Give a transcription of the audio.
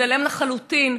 מתעלם לחלוטין,